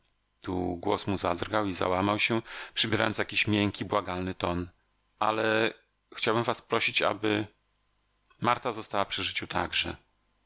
tu głos mu zadrgał i załamał się przybierając jakiś miękki błagalny ton ale chciałbym was prosić aby marta została przy życiu także